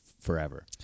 forever